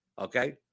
Okay